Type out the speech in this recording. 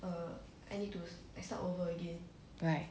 right